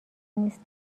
نیست